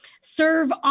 serve